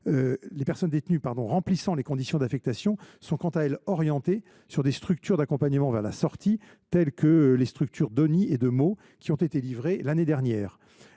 Les personnes détenues remplissant les conditions d’affectation sont quant à elles orientées vers des structures d’accompagnement vers la sortie (SAS), telles que les SAS d’Osny et de Meaux, qui ont été livrées l’année dernière.